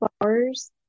flowers